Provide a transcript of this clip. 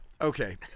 Okay